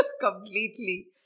completely